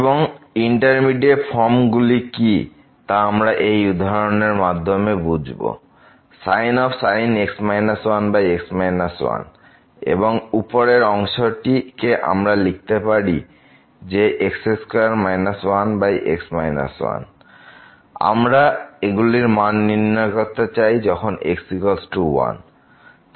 এবং ইন্ডিটারমিনেট ফর্মগুলি কি তা আমরা একটি উদাহরণের মাধ্যমে বুঝবো sin x 1 x 1 এবং উপরের অংশটি কে আমরা লিখতে পারি x2 1x 1 আমরা এগুলির মান নির্ণয় করতে চাই যখন x 1